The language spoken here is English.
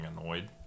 annoyed